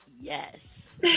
yes